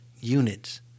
units